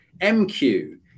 MQ